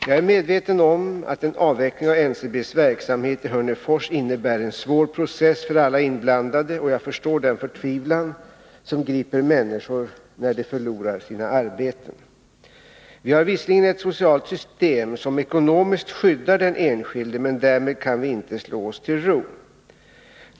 Jag är medveten om att en avveckling av NCB:s verksamhet i Hörnefors innebär en svår process för alla inblandade, och jag förstår den förtvivlan som griper människor när de förlorar sina arbeten. Vi har visserligen ett socialt system som ekonomiskt skyddar den enskilde, men därmed kan vi inte slå oss till ro.